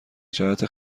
جهت